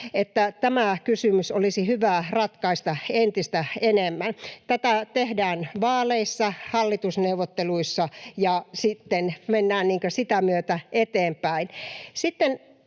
että tätä kysymystä olisi hyvä ratkaista entistä enemmän. Tätä tehdään vaaleissa, hallitusneuvotteluissa, ja sitten mennään sitä myötä eteenpäin.